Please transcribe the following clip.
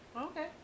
Okay